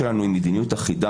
המדיניות שלנו היא מדיניות אחידה,